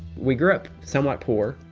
we grew up somewhat poor.